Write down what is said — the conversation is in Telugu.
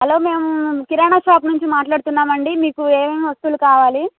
హలో మేము కిరాణాషాపు నుంచి మాట్లాడుతున్నామండి మీకు ఏమేమి వస్తువులు కావాలి